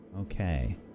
Okay